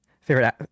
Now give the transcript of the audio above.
Favorite